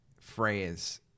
phrase